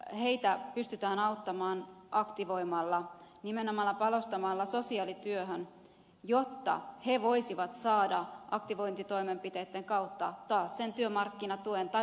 tulottomia pystytään auttamaan aktivoimalla nimenomaan panostamalla sosiaalityöhön jotta he voisivat saada aktivointitoimenpiteitten kautta taas sen työmarkkinatuen tai peruspäivärahan